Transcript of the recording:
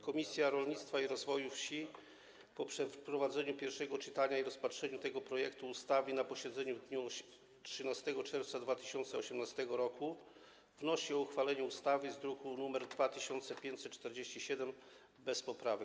Komisja Rolnictwa i Rozwoju Wsi po przeprowadzeniu pierwszego czytania i rozpatrzeniu tego projektu ustawy na posiedzeniu w dniu 13 czerwca 2018 r. wnosi o uchwalenie ustawy z druku nr 2547 bez poprawek.